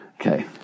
Okay